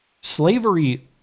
slavery